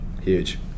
Huge